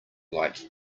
like